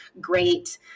great